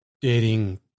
dating